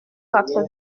quatre